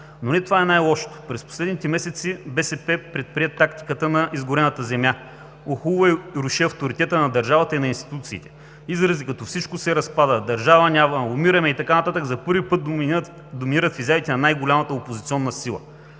Но не това е най-лошото. През последните месеци БСП предприе тактиката на изгорената земя – охулва и руши авторитета на държавата и на институциите. Изрази като „всичко се разпада“, „държава няма“, „умираме“ и така нататък за първи път доминират в изявите на най-голямата опозиционна сила.